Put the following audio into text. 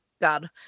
God